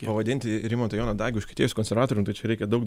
pavadinti rimantą joną dagį užkietėjusiu konservatorium tai čia reikia daug